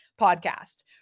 podcast